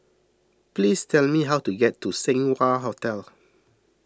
please tell me how to get to Seng Wah Hotel